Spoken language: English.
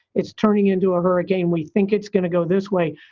it's turning into a hurricane. we think it's gonna go this way.